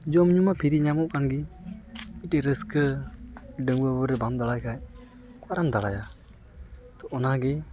ᱡᱚᱢ ᱧᱩ ᱢᱟ ᱯᱷᱤᱨᱤ ᱧᱟᱢᱚᱜ ᱠᱟᱱ ᱜᱮ ᱟᱹᱰᱤ ᱨᱟᱹᱥᱠᱟᱹ ᱰᱟᱺᱜᱩᱣᱟᱹ ᱩᱢᱮᱨ ᱨᱮ ᱵᱟᱢ ᱫᱟᱲᱟᱭ ᱠᱷᱟᱡ ᱚᱠᱟᱨᱮᱢ ᱫᱟᱲᱟᱭᱟ ᱛᱚ ᱚᱱᱟᱜᱮ